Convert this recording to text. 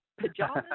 pajamas